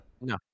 No